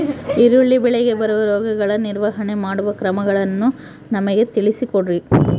ಈರುಳ್ಳಿ ಬೆಳೆಗೆ ಬರುವ ರೋಗಗಳ ನಿರ್ವಹಣೆ ಮಾಡುವ ಕ್ರಮಗಳನ್ನು ನಮಗೆ ತಿಳಿಸಿ ಕೊಡ್ರಿ?